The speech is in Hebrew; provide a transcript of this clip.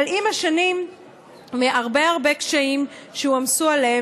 אבל עם השנים ועם הרבה הרבה קשיים שהועמסו עליהן